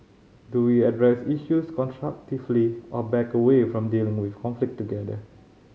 do we address issues constructively or back away from dealing with conflict altogether